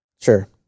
Sure